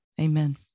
Amen